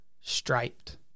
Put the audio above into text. striped